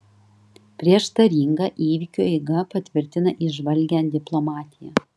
prieštaringa įvykių eiga patvirtina įžvalgią diplomatiją